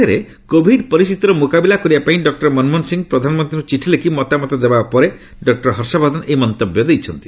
ଦେଶରେ କୋଭିଡ୍ ପରିସ୍ଥିତିର ମୁକାବିଲା କରିବା ପାଇଁ ଡକ୍କର ମନମୋହନ ସିଂହ ପ୍ରଧାନମନ୍ତ୍ରୀଙ୍କୁ ଚିଠି ଲେଖି ମତାମତ ଦେବା ପରେ ଡକୁର ହର୍ଷବର୍ଦ୍ଧନ ଏହି ମନ୍ତବ୍ୟ ଦେଇଛନ୍ତି